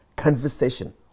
conversation